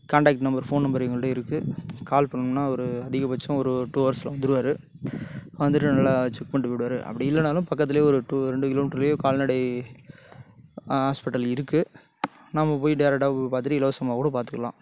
contact number phone number எங்கள்கிட்ட இருக்கு கால் பண்ணோம்னா அவர் அதிகபட்சம் ஒரு டூ அவர்ஸில் வந்துருவார் வந்துவிட்டு நல்லா செக் பண்ணிவிட்டு போய்டுவார் அப்படி இல்லனாலும் பக்கத்துலயே ஒரு டூ ரெண்டு கிலோமீட்டர்ல கால்நடை ஹாஸ்பிட்டல் இருக்கு நம்ம போய் டேரெக்ட்டாக போய் பார்த்துட்டு இலவசமாக கூட பார்த்துக்கலாம்